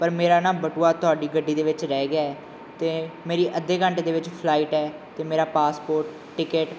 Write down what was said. ਪਰ ਮੇਰਾ ਨਾ ਬਟੂਆ ਤੁਹਾਡੀ ਗੱਡੀ ਦੇ ਵਿੱਚ ਰਹਿ ਗਿਆ ਅਤੇ ਮੇਰੀ ਅੱਧੇ ਘੰਟੇ ਦੇ ਵਿੱਚ ਫਲਾਈਟ ਹੈ ਅਤੇ ਮੇਰਾ ਪਾਸਪੋਰਟ ਟਿਕਟ